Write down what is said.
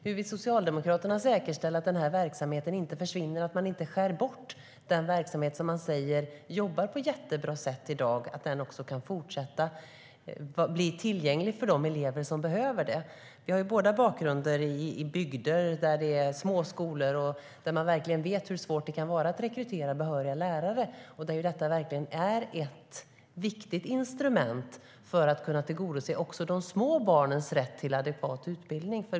Hur vill Socialdemokraterna säkerställa att den verksamheten inte försvinner, att man inte skär bort den verksamhet som man säger jobbar på jättebra sätt i dag? Hur ska den fortsätta vara tillgänglig för de elever som behöver den? Vi har båda bakgrund i bygder där det finns små skolor som vet hur svårt det kan vara att rekrytera behöriga lärare. Där är detta ett viktigt instrument för att kunna tillgodose också de små barnens rätt till adekvat utbildning.